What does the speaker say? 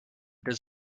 does